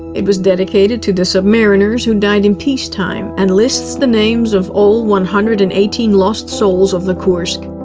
it was dedicated to the submariners, who died in peacetime, and lists the names of all one hundred and eighteen lost souls of the kursk.